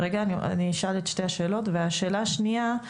השאלה השנייה,